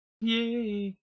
yay